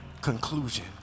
conclusion